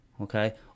okay